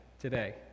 today